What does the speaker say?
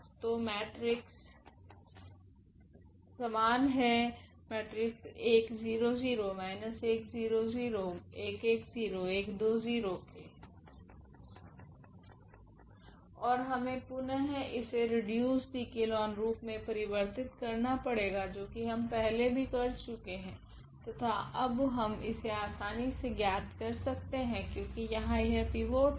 तो मैट्रिक्स ओर हमे पुनः इसे रिड्यूसड इक्लोन रूप मे परिवर्तित करना पड़ेगा जो की हम पहले भी कर चुके है तथा अब हम इसे आसानी से ज्ञात कर सकते है क्योकि यहाँ यह पिवोट है